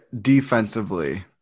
defensively